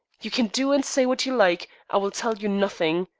you can do and say what you like, i will tell you nothing.